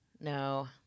No